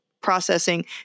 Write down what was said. processing